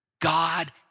God